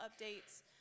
updates